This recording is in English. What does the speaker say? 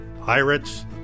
Pirates